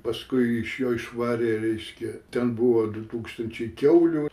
paskui iš jo išvarė reiškia ten buvo du tūkstančiai kiaulių